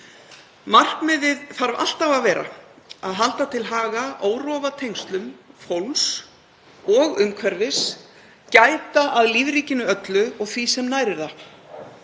Markmiðið þarf alltaf að vera að halda til haga órofa tengslum fólks og umhverfis, gæta að lífríkinu öllu og því sem nærir það.